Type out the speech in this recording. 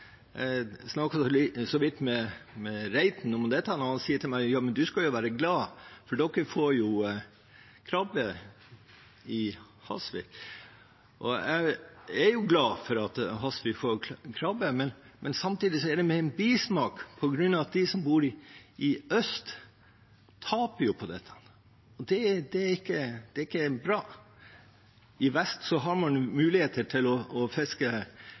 være glad, for dere får jo krabbe i Hasvik. Jeg er glad for at Hasvik får krabbe, men samtidig er det med en bismak på grunn av at de som bor i øst, taper på dette. Og det er ikke bra. I vest har man muligheter til å fiske